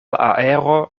aero